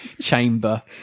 chamber